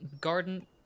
garden